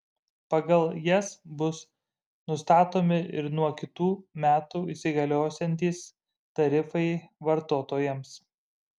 pagal jas bus nustatomi ir nuo kitų metų įsigaliosiantys tarifai vartotojams